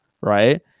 right